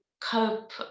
cope